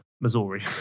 Missouri